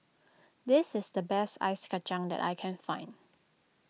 this is the best Ice Kachang that I can find